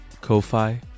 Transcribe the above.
Ko-Fi